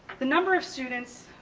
the number of students